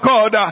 God